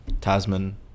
Tasman